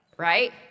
Right